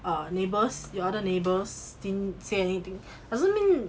uh neighbours your other neighbours didn't say anything doesn't mean